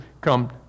come